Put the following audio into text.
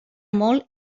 molt